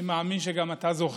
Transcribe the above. אני מאמין שגם אתה זוכר.